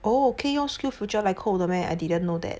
oh 可以用 SkillsFuture 来扣的 meh I didn't know that